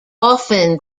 often